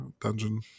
dungeon